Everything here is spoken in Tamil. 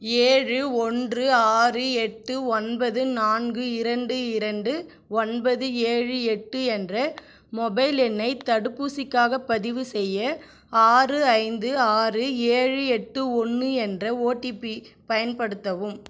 ஏழு ஒன்று ஆறு எட்டு ஒன்பது நான்கு இரண்டு இரண்டு ஒன்பது ஏழு எட்டு என்ற மொபைல் எண்ணை தடுப்பூசிக்காகப் பதிவுசெய்ய ஆறு ஐந்து ஆறு ஏழு எட்டு ஒன்று என்ற ஓடிபி பயன்படுத்தவும்